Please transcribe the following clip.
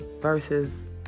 versus